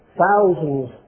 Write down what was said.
thousands